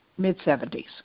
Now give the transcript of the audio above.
mid-'70s